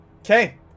Okay